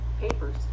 papers